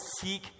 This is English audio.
seek